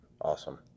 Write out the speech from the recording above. Awesome